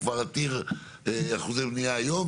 הוא כבר עתיר אחוזי בניה היום,